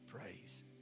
Praise